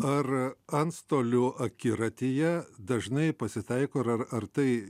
ar antstolių akiratyje dažnai pasitaiko ir ar ar tai